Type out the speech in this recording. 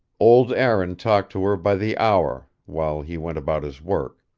old aaron talked to her by the hour, while he went about his work.